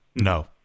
no